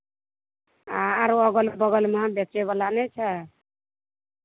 आ आरो अगल बगलमे बेचयवला नहि छै